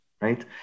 right